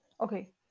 Okay